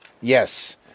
Yes